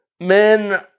men